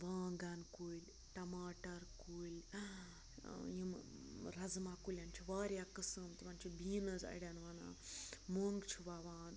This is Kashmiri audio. وانٛگَن کُلۍ ٹماٹر کُلۍ یِم رَزماہ کُلٮ۪ن چھُ واریاہ قٕسم تِمَن چھِ بیٖنٕز اَڑٮ۪ن وَنان مۄنٛگ چھِ وَوان